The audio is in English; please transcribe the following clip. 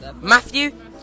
Matthew